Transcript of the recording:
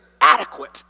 adequate